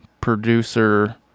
producer